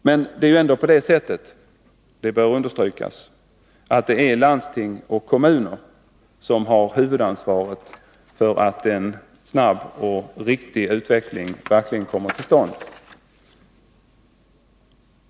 Men det är ändå på det sättet — det bör understrykas — att det är landsting och kommuner som har huvudansvaret för att en snabb och riktig utveckling verkligen kommer till stånd.